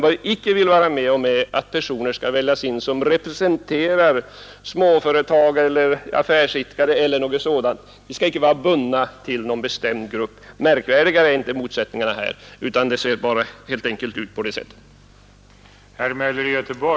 Vad vi icke vill vara med om är alt personer som representerar t.ex. småföretagare eller affärsidkare väljs in i styrelsen. Man skall icke vara bunden till någon bestämd grupp, märkvärdigare än så är inte motsättningarna här.